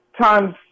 times